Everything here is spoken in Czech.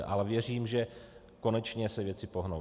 Ale věřím, že konečně se věci pohnou.